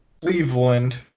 Cleveland